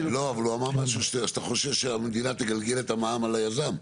הוא אמר משהו שאתה חושב שהמדינה תגלגל את המע"מ על היזם.